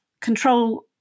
control